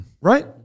Right